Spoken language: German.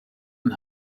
und